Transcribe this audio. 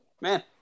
Man